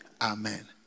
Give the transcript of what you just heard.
Amen